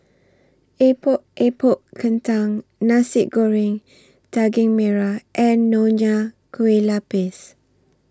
Epok Epok Kentang Nasi Goreng Daging Merah and Nonya Kueh Lapis